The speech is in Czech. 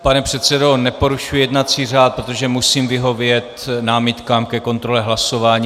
Pane předsedo, neporušuji jednací řád, protože musím vyhovět námitkám ke kontrole hlasování.